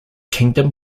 kingdom